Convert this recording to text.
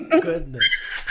Goodness